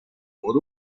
por